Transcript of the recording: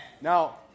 Now